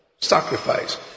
sacrifice